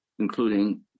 including